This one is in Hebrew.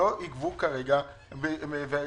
שלא יגבו כרגע את התמלוגים,